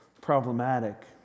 problematic